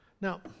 Now